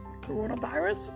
coronavirus